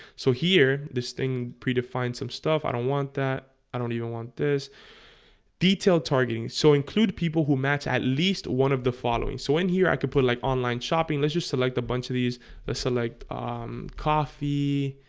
so here this thing predefined some stuff i don't want that i don't even want this detailed targeting so include people who match at least one of the following so when here i could put like online shopping let's just select a bunch of these i select coffee